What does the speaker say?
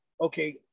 okay